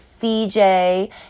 CJ